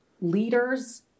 leaders